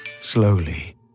Slowly